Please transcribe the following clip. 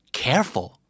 careful